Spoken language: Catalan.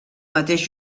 mateix